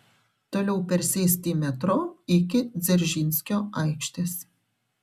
toliau persėsti į metro iki dzeržinskio aikštės